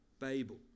Babel